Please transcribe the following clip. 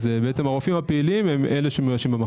הרופאים הפעילים הם אלה שמאוישים.